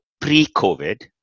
pre-COVID